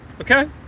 Okay